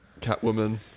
Catwoman